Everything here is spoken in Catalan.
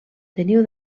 teniu